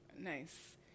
Nice